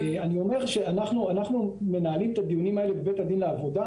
אני אומר שאנחנו מנהלים את הדיונים האלה בבית הדין לעבודה.